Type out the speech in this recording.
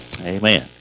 Amen